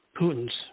Putin's